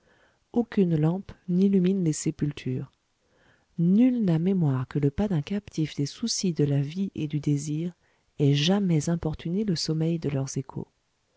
aucune lampe n'illumine les sépultures nul n'a mémoire que le pas d'un captif des soucis de la vie et du désir ait jamais importuné le sommeil de leurs échos